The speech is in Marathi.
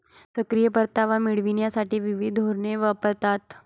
सक्रिय परतावा मिळविण्यासाठी विविध धोरणे वापरतात